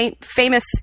famous